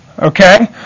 Okay